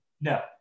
No